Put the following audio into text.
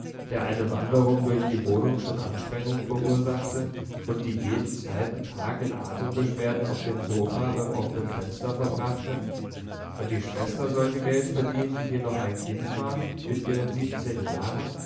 der eine wanderung durch die wohnung schon anstrengung verursachte und die jeden zweiten tag in atembeschwerden auf dem sofa beim offenen fenster verbrachte und die schwester sollte geld verdienen die noch ein kind war mit ihren siebzehn jahren